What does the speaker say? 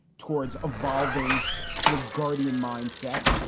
towards evolving to a guardian mindset,